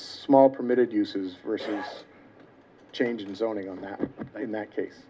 small permitted uses versus change zoning on that in that case